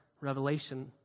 Revelation